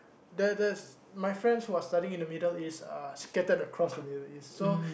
the there's my friends who are studying in the Middle East uh scattered across the Middle East so